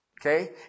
Okay